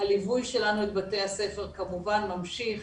הליווי שלנו את בתי הספר כמובן ממשיך,